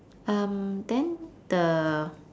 um then the